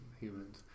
humans